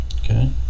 Okay